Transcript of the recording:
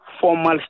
formal